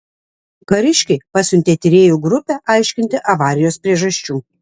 kariškiai pasiuntė tyrėjų grupę aiškinti avarijos priežasčių